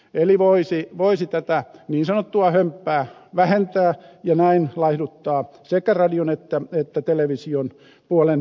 eli voisi tätä niin sanottua hömppää vähentää ja näin laihduttaa sekä radio että televisiopuolen toimintaa